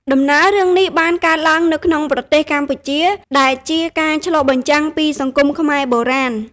ដំណើររឿងនេះបានកើតឡើងនៅក្នុងប្រទេសកម្ពុជា ដែលជាការឆ្លុះបញ្ចាំងពីសង្គមខ្មែរបុរាណ។